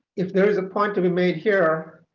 if there is a point to be made here,